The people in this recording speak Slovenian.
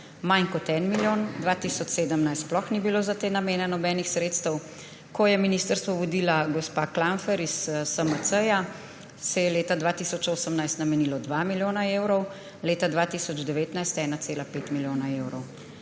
manj kot 1 milijon, leta 2017 sploh ni bilo za te namene nobenih sredstev. Ko je ministrstvo vodila gospa Klampfer iz SMC, se je leta 2018 namenilo 2 milijona evrov, leta 2019 1,5 milijona evrov.